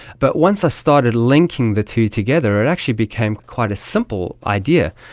but once i started linking the two together it actually became quite a simple idea.